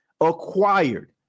acquired